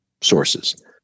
sources